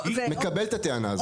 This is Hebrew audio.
מקבל את הטענה הזאת,